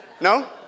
No